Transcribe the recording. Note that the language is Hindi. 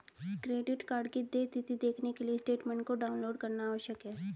क्रेडिट कार्ड की देय तिथी देखने के लिए स्टेटमेंट को डाउनलोड करना आवश्यक है